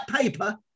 paper